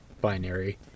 Binary